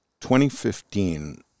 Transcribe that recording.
2015